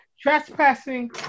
Trespassing